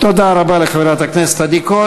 תודה רבה לחברת הכנסת עדי קול.